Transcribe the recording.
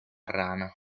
rana